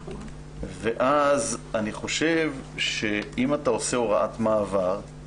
אני חושב שאם אתה עושה הוראת מעבר,